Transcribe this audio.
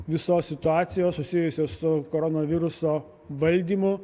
visos situacijos susijusios su koronaviruso valdymu